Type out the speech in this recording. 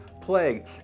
plague